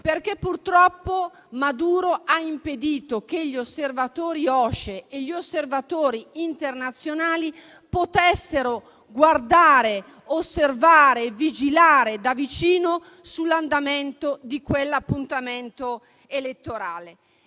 Purtroppo Maduro ha impedito che gli osservatori OSCE e gli osservatori internazionali possano guardare, osservare e vigilare da vicino l'andamento di quell'appuntamento elettorale.